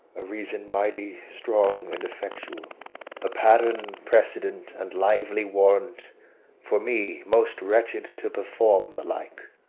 a reason mighty, strong, and effectual a pattern, precedent, and lively warrant for me, most wretched, to perform the like.